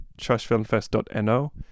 trashfilmfest.no